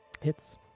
Hits